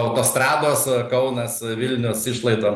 autostrados kaunas vilnius išlaidom